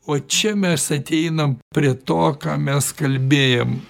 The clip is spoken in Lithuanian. o čia mes ateinam prie to ką mes kalbėjom